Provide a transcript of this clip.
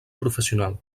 professional